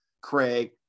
Craig